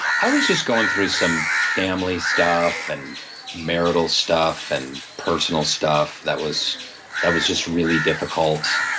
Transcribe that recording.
i was just going through some family stuff, and marital stuff, and personal stuff that was that was just really difficult.